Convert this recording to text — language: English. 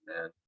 man